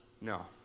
No